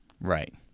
Right